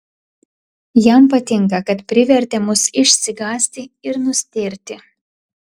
jam patinka kad privertė mus išsigąsti ir nustėrti